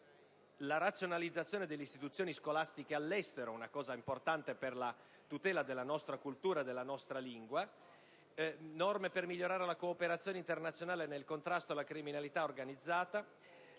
la razionalizzazione delle istituzioni scolastiche all'estero, un aspetto importante per la tutela della nostra cultura e della nostra lingua; vi sono norme per migliorare la cooperazione internazionale nel contrasto alla criminalità organizzata;